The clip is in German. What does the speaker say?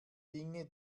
dinge